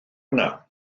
yno